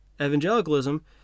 evangelicalism